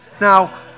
Now